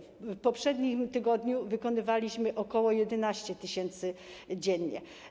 W poprzednim tygodniu wykonywaliśmy ok. 11 tys. dziennie.